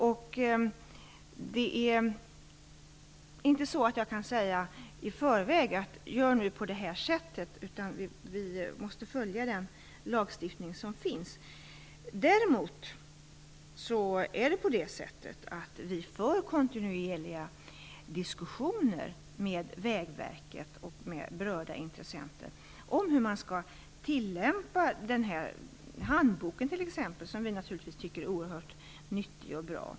Jag kan inte i förväg säga hur någon skall göra, utan vi måste följa den lagstiftning som finns. Däremot för vi kontinuerligt diskussioner med Vägverket och med berörda intressenter om hur man skall tillämpa t.ex. handboken, som vi tycker är oerhört nyttig och bra.